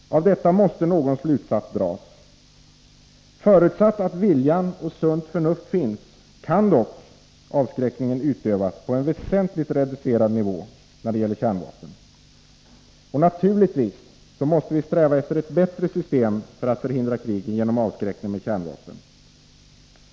Av detta måste någon slutsats dras. Förutsatt att vilja och sunt förnuft finns kan dock avskräckningen utövas på en väsentligt reducerad nivå beträffande kärnvapnen. Naturligtvis måste vi sträva efter ett bättre system för att förhindra krig än genom avskräckning med kärnvapen.